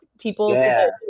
people